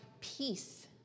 peace